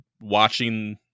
watching